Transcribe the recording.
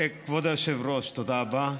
כבוד היושב-ראש, תודה רבה.